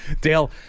Dale